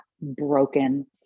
broken